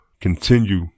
continue